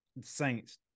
Saints